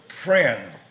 friend